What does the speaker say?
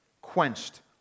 quenched